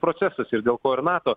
procesas ir dėl ko ir nato